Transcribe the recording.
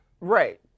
Right